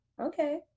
okay